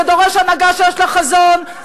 זה דורש הנהגה שיש לה חזון,